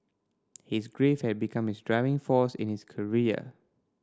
his grief had become his driving force in his career